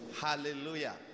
Hallelujah